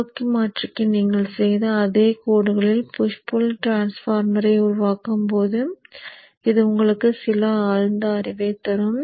முன்னோக்கி மாற்றிக்கு நீங்கள் செய்த அதே கோடுகளில் புஷ் புள் டிரான்ஸ்பார்மரை உருவாக்கும்போது இது உங்களுக்கு சில ஆழ்ந்த அறிவை தரும்